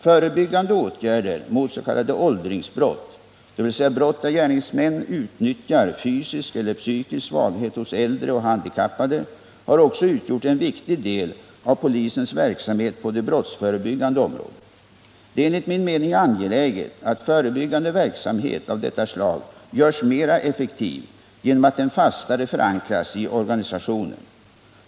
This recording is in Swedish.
Förebyggande åtgärder mot s.k. åldringsbrott, dvs. brott där gärningsmän utnyttjar fysisk eller psykisk svaghet hos äldre och handikappade, har också utgjort en viktig del av polisens verksamhet på det brottsförebyggande området. Det är enligt min mening angeläget att förebyggande verksamhet av detta slag görs mer effektiv genom att den fastare förankras i organisationen.